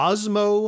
Osmo